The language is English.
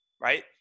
right